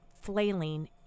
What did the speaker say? flailing